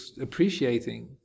appreciating